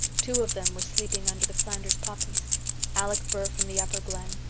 two of them were sleeping under the flanders poppies alec burr from the upper glen,